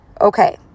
okay